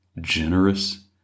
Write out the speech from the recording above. generous